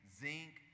zinc